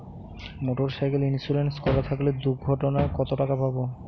Motorcycle insurance করা থাকলে দুঃঘটনায় কতটাকা পাব?